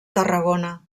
tarragona